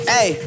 Hey